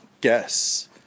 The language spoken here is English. guess